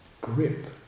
grip